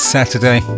Saturday